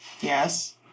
Yes